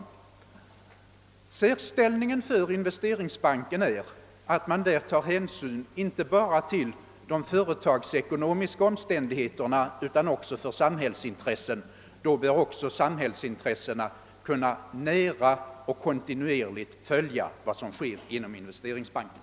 Särställningen för Investeringsbanken är att den direkt tillskapats för att beakta inte bara företagsekonomiska omständigheter utan också samhällsintressen. Då bör också samhällsintressena nära och kontinuerligt kunna följa vad som: sker inom Investeringsbanken.